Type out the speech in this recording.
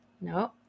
No